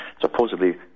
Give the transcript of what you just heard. supposedly